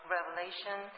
Revelation